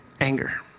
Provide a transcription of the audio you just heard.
anger